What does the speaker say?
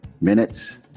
minutes